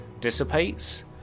dissipates